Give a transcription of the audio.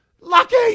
Lucky